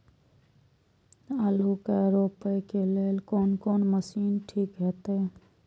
आलू के रोपे के लेल कोन कोन मशीन ठीक होते?